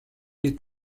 est